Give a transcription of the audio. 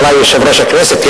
אולי יושב-ראש הכנסת,